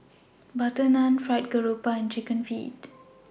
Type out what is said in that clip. Butter Naan Fried Garoupa and Chicken Feet